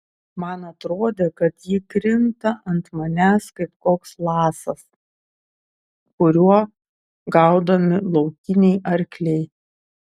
man atrodė kad ji krinta ant manęs kaip koks lasas kuriuo gaudomi laukiniai arkliai